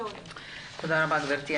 תודה רבה גבירתי.